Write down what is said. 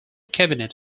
cabinet